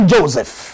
Joseph